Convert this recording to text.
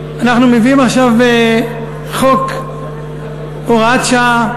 אנחנו מביאים עכשיו חוק הוראת שעה,